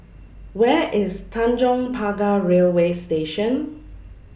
Where IS Tanjong Pagar Railway Station